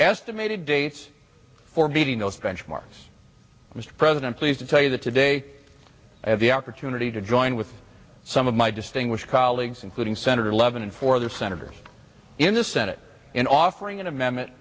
estimated dates for meeting those benchmarks mr president please to tell you that today at the opportunity to join with some of my distinguished colleagues including senator levin and four other senators in the senate in offering an amendment